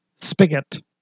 Spigot